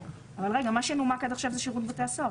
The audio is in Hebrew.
רגע, מה שנומק עד עכשיו זה שירות בתי הסוהר.